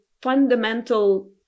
fundamental